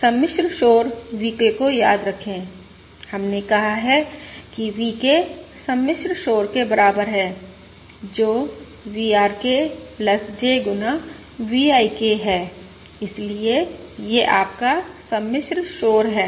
सम्मिश्र शोर VK को याद रखें हमने कहा है कि VK सम्मिश्र शोर के बराबर है जो VRK J गुना VI K है इसलिए यह आपका सम्मिश्र शोर है